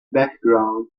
background